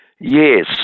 Yes